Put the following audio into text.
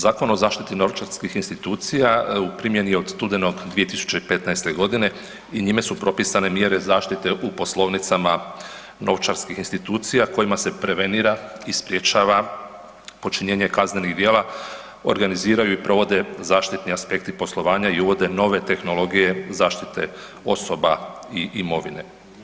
Zakon o zaštiti novčarskih institucija u primjeni je od studenog 2015. g. i njime su propisane mjere zaštite u poslovnicama novčarskih institucija kojima se prevenira i sprječava kaznenih djela, organiziraju i provode zaštitnih aspekti poslovanja i uvode nove tehnologije zaštite osoba i imovine.